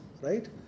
right